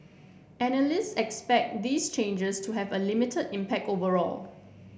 analysts expect these changes to have a limited impact overall